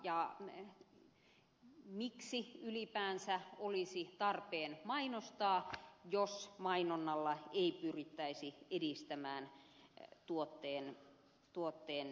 ja miksi ylipäänsä olisi tarpeen mainostaa jos mainonnalla ei pyrittäisi edistämään tuotteen myyntiä